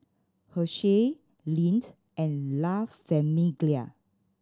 Herschel Lindt and La Famiglia